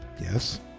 yes